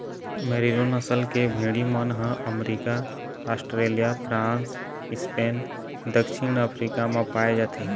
मेरिनों नसल के भेड़ी मन ह अमरिका, आस्ट्रेलिया, फ्रांस, स्पेन, दक्छिन अफ्रीका म पाए जाथे